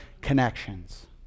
connections